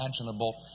imaginable